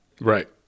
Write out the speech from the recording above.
Right